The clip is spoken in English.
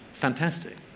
Fantastic